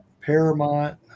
Paramount